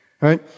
Right